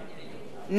דוד רותם,